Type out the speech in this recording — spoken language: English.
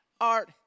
art